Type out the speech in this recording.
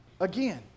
again